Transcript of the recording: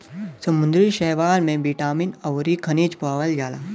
समुंदरी शैवाल में बिटामिन अउरी खनिज पावल जाला